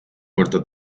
muerto